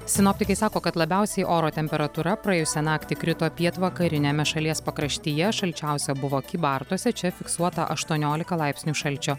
sinoptikai sako kad labiausiai oro temperatūra praėjusią naktį krito pietvakariniame šalies pakraštyje šalčiausia buvo kybartuose čia fiksuota aštuoniolika laipsnių šalčio